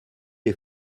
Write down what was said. les